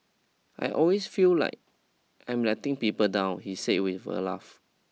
I always feel like I'm letting people down he says with a laugh